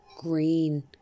Green